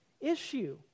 issue